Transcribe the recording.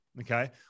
okay